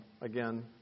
again